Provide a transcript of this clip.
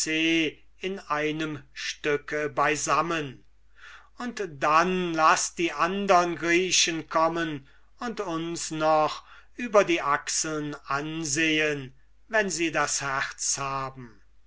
in einem stücke beisammen und dann laß die andern griechen kommen und uns noch über die achseln ansehen wenn sie das herz haben